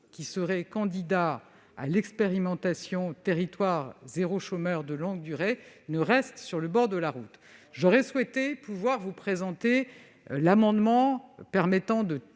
territoire candidat à l'expérimentation « territoires zéro chômeur de longue durée » ne reste sur le bord de la route. J'aurais souhaité pouvoir vous présenter l'amendement permettant de